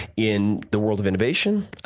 in the world of innovation,